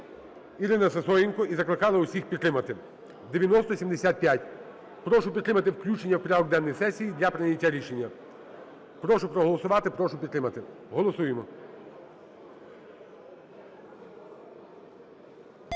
Ірина Сисоєнко і закликала всіх підтримати (9075). Прошу підтримати включення в порядок денний сесії для прийняття рішення. Прошу проголосувати. Прошу підтримати. Голосуємо.